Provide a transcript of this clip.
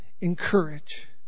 encourage